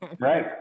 Right